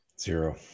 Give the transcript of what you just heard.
Zero